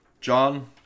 John